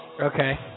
Okay